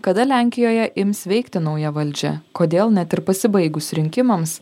kada lenkijoje ims veikti nauja valdžia kodėl net ir pasibaigus rinkimams